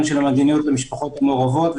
של המדיניות כלפי משפחות מעורבות.